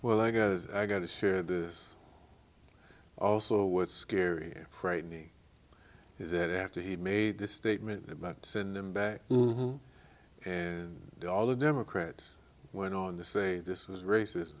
well i guess i gotta share this also what's scary frightening is that after he made this statement about send him back and all the democrats went on the say this was racist